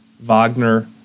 wagner